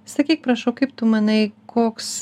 sakyk prašau kaip tu manai koks